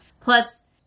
Plus